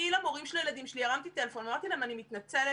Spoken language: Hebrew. אני למורים של הילדים הרמתי טלפון ואמרתי להם: אני מתנצלת,